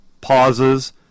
pauses